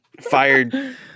fired